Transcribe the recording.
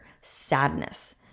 sadness